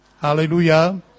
Hallelujah